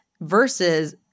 versus